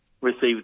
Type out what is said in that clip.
received